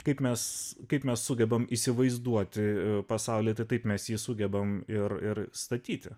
kaip mes kaip mes sugebame įsivaizduoti pasaulį taip mes jį sugebame ir ir statyti